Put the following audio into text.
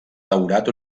daurat